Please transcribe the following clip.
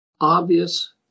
obvious